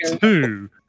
two